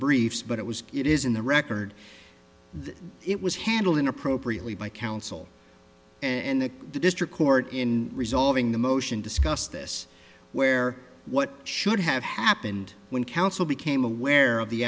briefs but it was it is in the record that it was handled in appropriately by counsel and that the district court in resolving the motion discussed this where what should have happened when counsel became aware of the